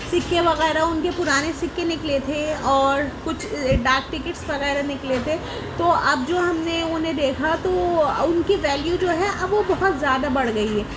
سکے وغیرہ ان کے پرانے سکے نکلے تھے اور کچھ ڈاک ٹکٹس وغیرہ نکلے تھے تو اب جو ہم نے انہیں دیکھا تو ان کی ویلیو جو ہے اب وہ بہت زیادہ بڑھ گئی ہے